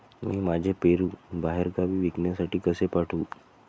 मी माझे पेरू बाहेरगावी विकण्यासाठी कसे पाठवू?